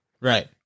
right